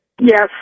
Yes